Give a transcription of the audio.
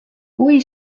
kui